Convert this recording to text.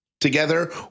together